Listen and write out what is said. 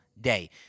day